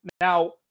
Now